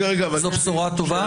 זו בשורה טובה.